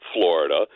Florida